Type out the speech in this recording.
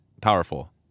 powerful